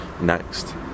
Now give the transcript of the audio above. next